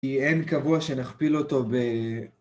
כי אין קבוע שנכפיל אותו ב...